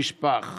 / עם הדם שנשפך